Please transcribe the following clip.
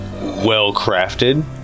well-crafted